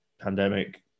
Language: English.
pandemic